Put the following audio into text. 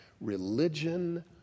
Religion